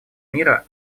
мира